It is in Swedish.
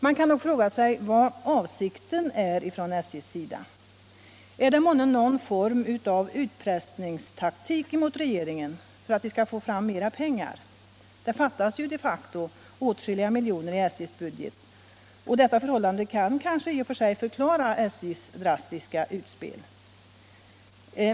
Man kan då undra vad avsikten är från SJ:s sida. Är det månne fråga om någon form av utpressningstaktik mot regeringen för att få fram mera pengar? Det fattas ju de facto åtskilliga miljoner i SJ:s budget, och detta förhållande kan måhända i och för sig förklara SJ:s drastiska utspel.